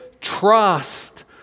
trust